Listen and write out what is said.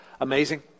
amazing